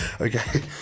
Okay